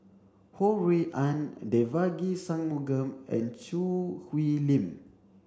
Ho Rui An Devagi Sanmugam and Choo Hwee Lim